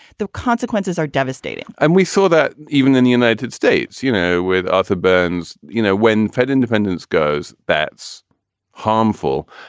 the consequences are devastating and we saw that even in the united states. you know, with arthur burns, you know, when fed independence goes, that's harmful.